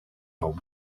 home